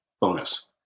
bonus